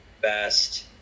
Best